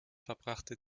verbrachte